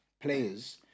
players